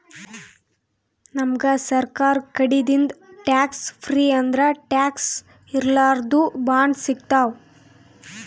ನಮ್ಗ್ ಸರ್ಕಾರ್ ಕಡಿದಿಂದ್ ಟ್ಯಾಕ್ಸ್ ಫ್ರೀ ಅಂದ್ರ ಟ್ಯಾಕ್ಸ್ ಇರ್ಲಾರ್ದು ಬಾಂಡ್ ಸಿಗ್ತಾವ್